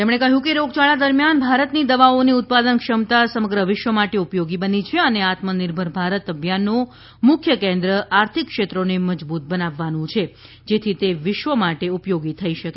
તેમણે કહ્યું કે રોગચાળા દરમિયાન ભારતની દવાઓની ઉત્પાદન ક્ષમતા સમગ્ર વિશ્વ માટે ઉપયોગી બની છે અને આત્મનિર્ભર ભારત અભિયાનનું મુખ્ય કેન્દ્ર આર્થિક ક્ષેત્રોને મજબૂત બનાવવાનું છે જેથી તે વિશ્વ માટે ઉપયોગી થઈ શકે